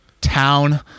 town